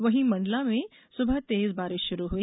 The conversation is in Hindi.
वहीं मंडला में सुबह तेज बारिश शुरू हुई